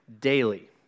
daily